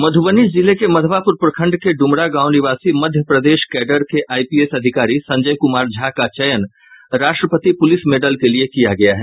मधुबनी जिले के मधवापुर प्रखंड के डुमरा गांव निवासी मध्य प्रदेश कैडर के आईपीएस अधिकारी संजय क्मार झा का चयन राष्ट्रपति पूलिस मेडल के लिये किया गया है